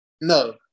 No